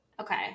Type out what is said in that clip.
Okay